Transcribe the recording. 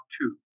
two